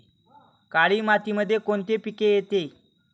काळी मातीमध्ये कोणते पिके येते?